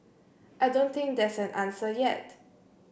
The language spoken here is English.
I don't think there's an answer yet